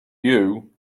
you